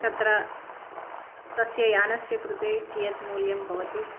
तत्र तस्य यानस्य कृते कियत् मूल्यं भवति